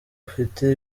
ufite